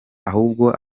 ahubwo